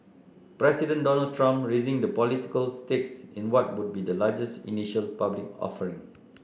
President Donald Trump raising the political stakes in what would be the largest initial public offering